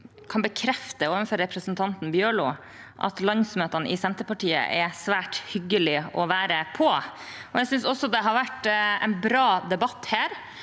Bjørlo at landsmøtene i Senter partiet er svært hyggelige å være på, og jeg synes også det har vært en bra debatt her.